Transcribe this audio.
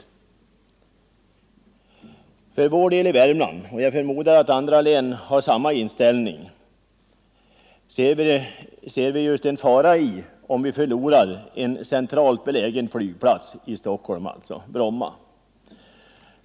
I Värmland ser vi en fara i att vi förlorar den centralt belägna flygplatsen i Stockholm, dvs. Bromma. Jag förmodar att man har samma inställning i andra län.